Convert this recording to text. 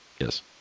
Yes